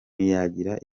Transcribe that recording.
ntiyagira